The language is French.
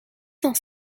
cent